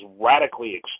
radically